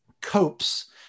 copes